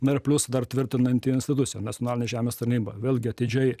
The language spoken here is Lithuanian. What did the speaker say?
na ir plius dar tvirtinanti institucija nacionalinė žemės tarnyba vėlgi atidžiai